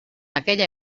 aquella